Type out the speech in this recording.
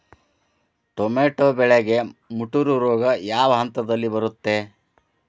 Tomato ಬೆಳೆಗೆ ಮುಟೂರು ರೋಗ ಯಾವ ಹಂತದಲ್ಲಿ ಬರುತ್ತೆ?